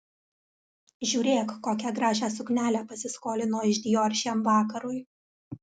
žiūrėk kokią gražią suknelę pasiskolino iš dior šiam vakarui